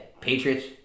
Patriots